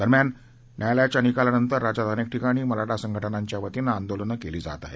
दरम्यान न्यायालयाच्या निकालानंतर राज्यात अनेक ठिकाणी मराठा संघटनांच्या वतीनं आंदोलनं केली जात आहेत